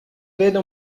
vede